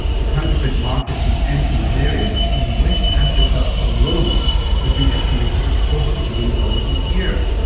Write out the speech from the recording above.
the counterfeit market in antimalarials in west africa alone has been estimated at four hundred million dollars a year.